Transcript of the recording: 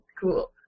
cool